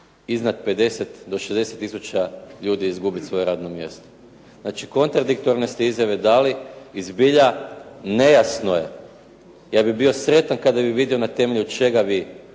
iznad 50 do 60 tisuća ljudi izgubit svoje radno mjesto. Znači, kontradiktorne ste izjave dali i zbilja nejasno, ja bih bio sretan kada bih vidio na temelju čega vi